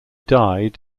died